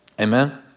Amen